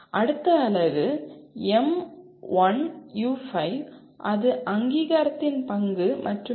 அடுத்த அலகு M1U5 இது அங்கீகாரத்தின் பங்கு மற்றும் என்